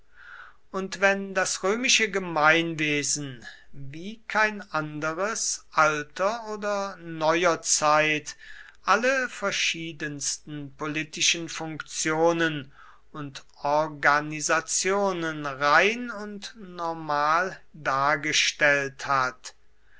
und wenn das römische gemeinwesen wie kein anderes alter oder neuer zeit alle verschiedensten politischen funktionen und organisationen rein und normal dargestellt hat